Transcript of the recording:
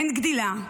אין גדילה,